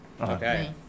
Okay